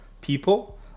people